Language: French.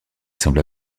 semble